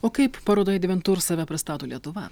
o kaip parodoje adventur save pristato lietuva